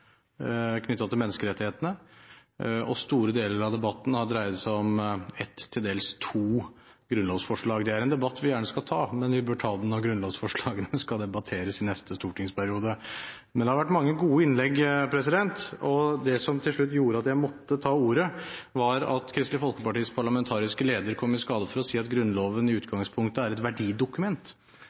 knyttet til menneskerettighetene som noen gang er gjort. Store deler av debatten har dreid seg om ett – til dels to – grunnlovsforslag. Det er en debatt vi gjerne skal ta, men vi bør ta den når grunnlovsforslagene skal debatteres i neste stortingsperiode. Det har vært mange gode innlegg. Det som til slutt gjorde at jeg måtte ta ordet, var at Kristelig Folkepartis parlamentariske leder kom i skade for å si at Grunnloven i utgangspunktet er et verdidokument.